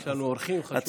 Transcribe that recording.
יש לנו אורחים חשובים.